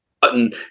button